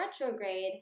retrograde